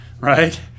right